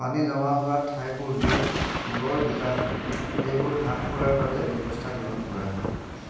পানী জমা হোৱা ঠাইবোৰ য'ত পুলৰ বিকাশ হয় সেইবোৰ হ্ৰাস কৰাৰ বাবে ব্যৱস্থা গ্ৰহণ কৰা হয়